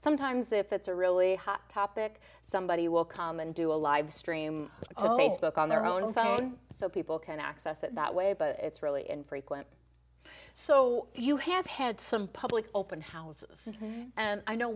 sometimes if it's a really hot topic somebody will come and do a live stream look on their own phone so people can access it that way but it's really infrequent so you have had some public open houses and i know